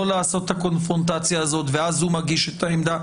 לעשות את הקונפרונטציה הזאת ואז הוא מגיש את העמדה.